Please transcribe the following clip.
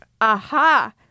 aha